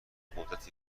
قدرت